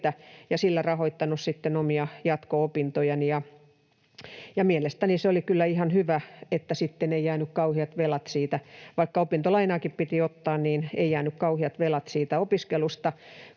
sillä rahoittanut sitten omia jatko-opintojani, ja mielestäni se oli kyllä ihan hyvä, että sitten vaikka opintolainaakin piti ottaa, ei jäänyt kauheat velat siitä opiskelusta.